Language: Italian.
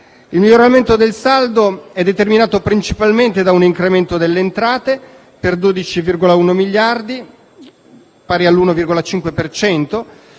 Il miglioramento del saldo è determinato principalmente da un incremento delle entrate per 12,1 miliardi, pari all'1,5